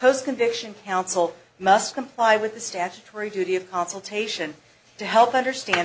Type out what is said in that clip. post conviction counsel must comply with the statutory duty of consultation to help understand